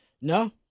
No